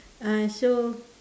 uh so